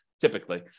typically